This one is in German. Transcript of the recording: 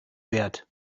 wert